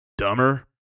dumber